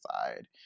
side